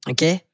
Okay